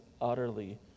utterly